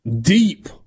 deep